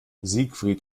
siegfried